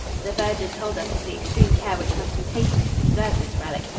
the verger told us of the extreme care which must be taken to preserve this relic.